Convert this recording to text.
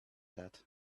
that